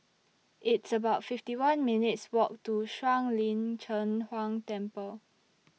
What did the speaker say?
It's about fifty one minutes' Walk to Shuang Lin Cheng Huang Temple